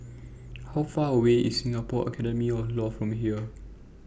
How Far away IS Singapore Academy of law from here